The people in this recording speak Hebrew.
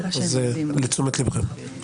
אז לתשומת ליבכם.